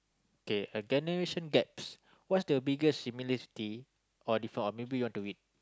okay a generation gaps what's the biggest similarity or different oh maybe you want to read